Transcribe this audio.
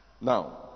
Now